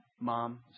Mom